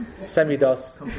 semi-DOS